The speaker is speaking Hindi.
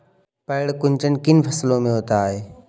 पर्ण कुंचन किन फसलों में होता है?